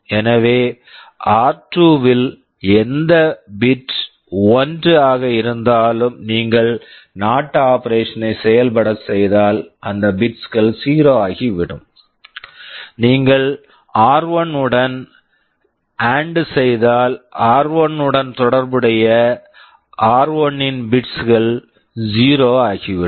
எனவே R two r2 இல் எந்த பிட் 1 bit1 ஆக இருந்தாலும் நீங்கள் என்ஓடி NOT ஆப்பரேஷன் operation ஐ செயல்பட செய்தால் அந்த பிட்ஸ் bits கள் 0 ஆகிவிடும் நீங்கள் ஆர்1 r1 உடன் எஎன்டி AND செய்தால் ஆர்1 r1 உடன் தொடர்புடைய ஆர்1 r1 இன் பிட்ஸ் bits கள் 0 ஆகிவிடும்